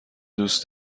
دوست